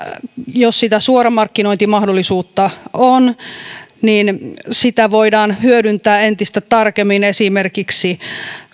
jos sitä suoramarkkinointimahdollisuutta on niin sitä voidaan hyödyntää entistä tarkemmin esimerkiksi